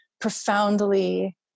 profoundly